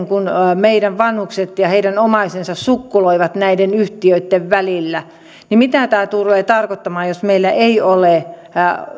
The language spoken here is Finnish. kun meidän vanhuksemme ja ja heidän omaisensa sukkuloivat sitten näiden yhtiöiden välillä niin mitä tämä tulee tarkoittamaan jos meillä ei ole